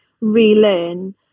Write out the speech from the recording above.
relearn